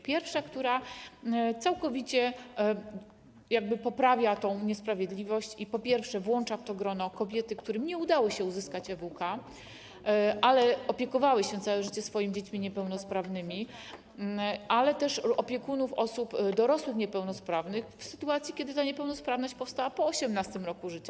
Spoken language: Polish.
Pierwsza, która całkowicie jakby poprawia tę niesprawiedliwość i, po pierwsze, włącza w to grono kobiety, którym nie udało się uzyskać EWK, a które opiekowały się całe życie swoimi niepełnosprawnymi dziećmi, ale też opiekunów dorosłych osób niepełnosprawnych, w sytuacji kiedy ta niepełnosprawność powstała po 18. roku życia.